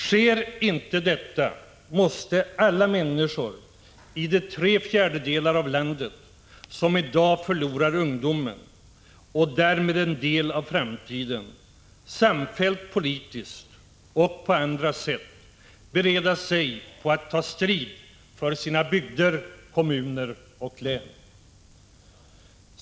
Sker inte detta, måste alla människor i de tre fjärdedelar av landet som i dag förlorar ungdomen och därmed en del av framtiden samfällt politiskt och på andra sätt bereda sig på att ta strid för sina bygder, kommuner och län.